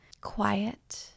quiet